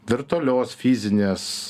virtualios fizinės